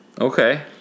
okay